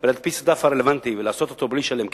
ולהדפיס את הדף הרלוונטי ולעשות את זה בלי לשלם כסף,